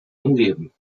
umgeben